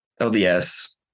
LDS